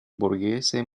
borghese